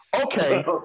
Okay